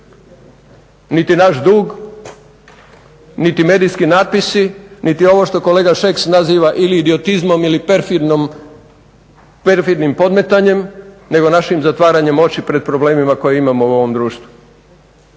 niti naš dug niti medijski natpisi niti ovo što kolega Šeks naziva ili idiotizmom ili perfidnim podmetanjem nego našim zatvaranjem oči pred problemima koje imamo u ovom društvu,